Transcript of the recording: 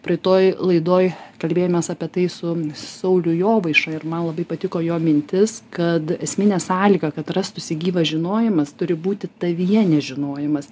praeitoj laidoj kalbėjomės apie tai su sauliu jovaiša ir man labai patiko jo mintis kad esminė sąlyga kad rastųsi gyvas žinojimas turi būti tavyje nežinojimas